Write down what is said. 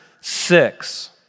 six